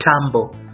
tumble